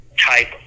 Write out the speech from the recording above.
type